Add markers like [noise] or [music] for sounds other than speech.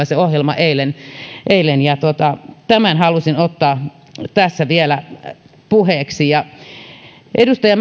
[unintelligible] se ohjelma eilen eilen oli todella ahdistava tämän halusin ottaa tässä vielä puheeksi odotan edustaja [unintelligible]